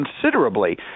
considerably